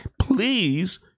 please